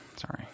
Sorry